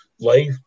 life